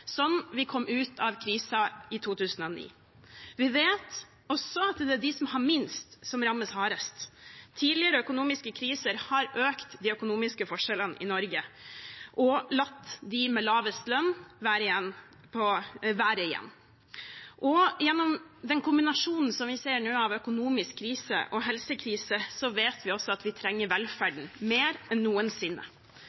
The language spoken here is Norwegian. vi kom ut av krisen i 2009. Vi vet også at det er de som har minst, som rammes hardest. Tidligere økonomiske kriser har økt de økonomiske forskjellene i Norge og latt dem med lavest lønn være igjen. Gjennom den kombinasjonen vi nå ser, av økonomisk krise og helsekrise, vet vi også at vi trenger